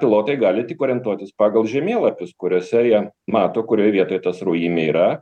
pilotai gali tik orientuotis pagal žemėlapius kuriuose jie mato kurioj vietoj ta sraujymė yra